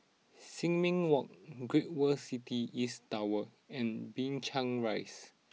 Sin Ming Walk Great World City East Tower and Binchang Rise